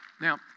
Now